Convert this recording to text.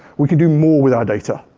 we can do more with our data.